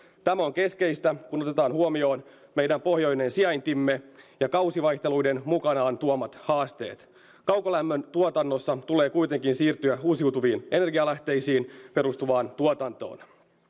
tämä on keskeistä kun otetaan huomioon meidän pohjoinen sijaintimme ja kausivaihteluiden mukanaan tuomat haasteet kaukolämmön tuotannossa tulee kuitenkin siirtyä uusiutuviin energialähteisiin perustuvaan tuotantoon